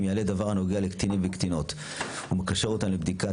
אם יעלה דבר הנוגע לקטינים וקטינות המקשר אותם לבדיקה,